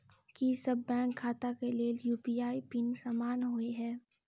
की सभ बैंक खाता केँ लेल यु.पी.आई पिन समान होइ है?